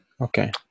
okay